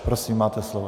Prosím, máte slovo.